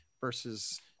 Versus